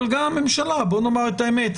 בואו נאמר את האמת.